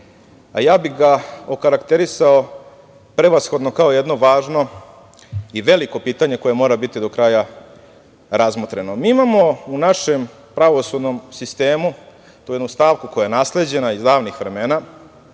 a ja bih ga okarakterisao prevashodno kao jedno važno i veliko pitanje koje mora biti do kraja razmotreno. Mi imamo u našem pravosudnom sistemu, tu jednu stavku koja je nasleđena iz davnih vremena,